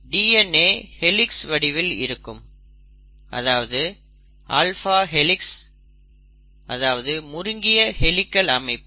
DNA helix வடிவில் இருக்கும் அதாவது ஆல்ஃபா ஹெளிக்ஸ் அதாவது முறுக்கிய ஹெளிக்கள் அமைப்பு